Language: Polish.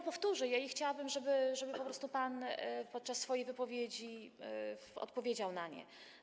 Powtórzę je i chciałabym, żeby po prostu pan podczas swojej wypowiedzi odpowiedział na nie.